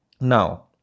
Now